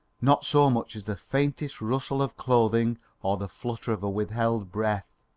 not so much as the faintest rustle of clothing or the flutter of a withheld breath.